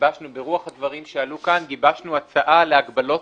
וברוח הדברים שעלו כאן גיבשנו הצעה להגבלות